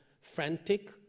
frantic